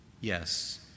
Yes